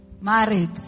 married